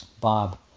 Bob